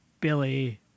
Billy